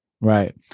Right